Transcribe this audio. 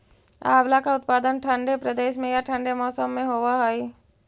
आंवला का उत्पादन ठंडे प्रदेश में या ठंडे मौसम में होव हई